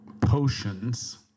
potions